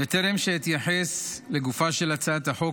בטרם אתייחס לגופה של הצעת החוק,